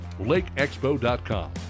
lakeexpo.com